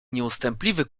nieustępliwy